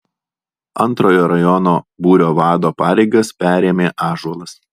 antrojo rajono būrio vado pareigas perėmė ąžuolas